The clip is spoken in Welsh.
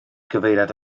gyfeiriad